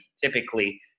typically